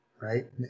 Right